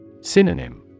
Synonym